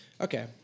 Okay